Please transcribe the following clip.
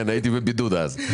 הייתי בבידוד אז.